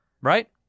right